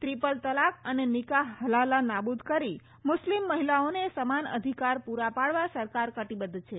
triple તલાક અને નિકાહ હલાલા નાબુદ કરી મુસ્લીમ મહિલાઓને સમાન અધિકાર પૂરા પાડવા સરકાર કટિબદ્ધ છે